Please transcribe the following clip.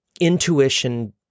intuition